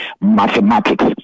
mathematics